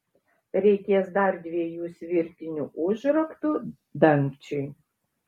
reikės dar dviejų svirtinių užraktų dangčiui